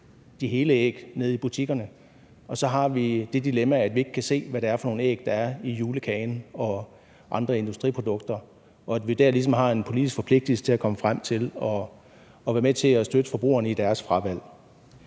de hele buræg nede i butikkerne, og så har vi det dilemma, at vi ikke kan se, hvad det er for nogle æg, der er i julekagen og andre industriprodukter, og at vi dér ligesom har en politisk forpligtelse til at komme frem til at være med til at støtte forbrugerne i deres fravalg.